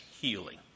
healing